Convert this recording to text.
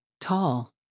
tall